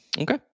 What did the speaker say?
Okay